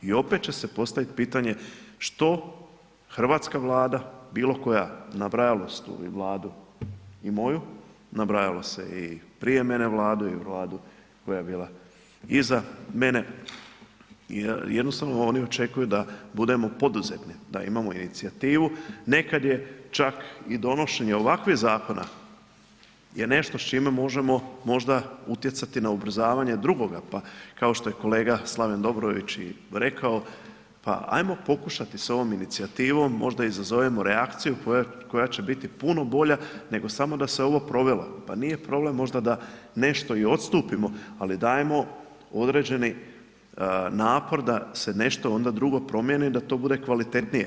I opet će se postavit pitanje što hrvatska Vlada bilo koja, nabrajalo se tu i Vladu i moju, nabrajalo se i prije mene Vladu, i Vladu koja je bila iza mene, jer jednostavno oni očekuju da budemo poduzetni, da imamo inicijativu, nekad je čak i donošenje ovakvih Zakona je nešto s čime možemo možda utjecati na ubrzavanje drugoga, pa kao što je kolega Slaven Dobrović i rekao pa ajmo pokušati s ovom inicijativom, možda izazovemo reakciju koja će biti puno bolja nego samo da se ovo provelo, pa nije problem možda da nešto i odstupimo, ali dajemo određeni napor da se nešto onda drugo promijeni i da to bude kvalitetnija.